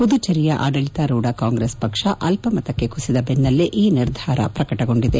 ಪುದುಚೇರಿಯ ಆಡಳಿತರೂಢ ಕಾಂಗ್ರೆಸ್ ಪಕ್ಷ ಅಲ್ಪಮತಕ್ಕೆ ಕುಸಿದ ಬೆನ್ನಲ್ಲೇ ಈ ನಿರ್ಧಾರ ಪ್ರಕಟಗೊಂಡಿದೆ